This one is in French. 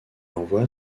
envoie